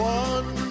one